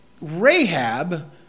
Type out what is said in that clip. Rahab